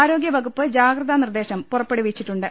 ആരോഗ്യവകുപ്പ് ജാഗ്രതാനിർദേശം പുറപ്പെടുവിച്ചിട്ടുണ്ട്